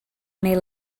may